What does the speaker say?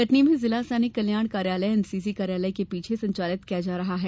कटनी में जिला सैनिक कल्याण कार्यालय एनसीसी कार्यालय के पीछे संचालित किया जा रहा है